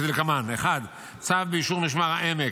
כדלקמן: 1. צו ביישוב משמר העמק,